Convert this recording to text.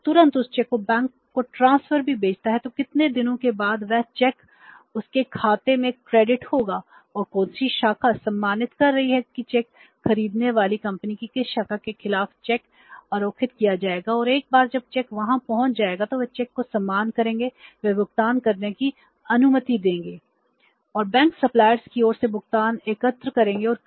और कौन सी शाखा सम्मानित कर रही है कि चेक खरीदने वाली कंपनी की किस शाखा के खिलाफ चेक आरेखित किया जाएगा और एक बार जब चेक वहां पहुंच जाएगा तो वे चेक का सम्मान करेंगे वे भुगतान करने की अनुमति देंगे